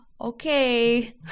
okay